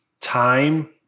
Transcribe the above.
time